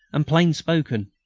and plain-spoken.